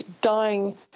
dying